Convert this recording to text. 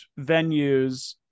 venues